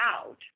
out